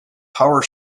power